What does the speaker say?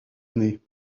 année